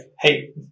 hey